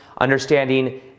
understanding